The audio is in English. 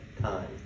time